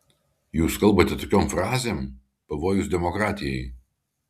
jūs kalbate tokiom frazėm pavojus demokratijai